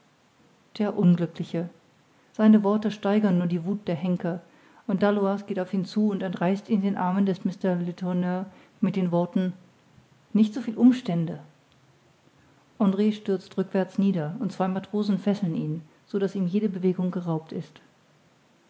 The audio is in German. der unglückliche seine worte steigern nur die wuth der henker und daoulas geht auf ihn zu und entreißt ihn den armen des mr letourneur mit den worten nicht so viel umstände andr stürzt rückwärts nieder und zwei matrosen fesseln ihn so daß ihm jede bewegung geraubt ist